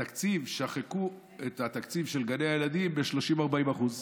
שחקו את תקציב גני הילדים ב-30% 40%;